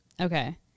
Okay